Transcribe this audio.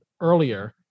earlier